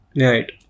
Right